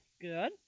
Good